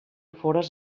fores